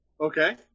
Okay